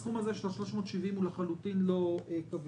הסכום הזה של 370 שקל לחלוטין לא קביל.